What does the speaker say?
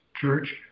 church